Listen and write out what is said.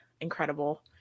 incredible